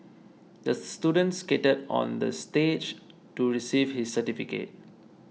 the student skated on the stage to receive his certificate